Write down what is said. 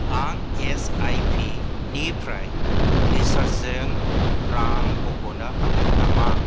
आं S I P निफ्राय रिसार्जजों रां बख'नो हागोन नामा